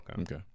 Okay